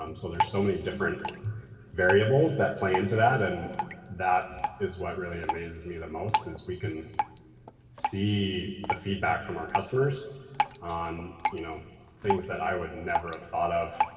um so there's so many different variables that play into that and that is what really amazes me the most, is we can see the feedback from our customers on you know things that i would never have ah thought of,